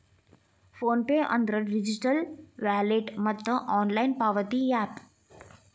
phone pay ಅಂದ್ರ digital wallet ಮತ್ತ online ಪಾವತಿ ಯಾಪ್